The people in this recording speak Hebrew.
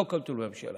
לא הכול טוב בממשלה.